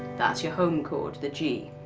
that's your home chord the g.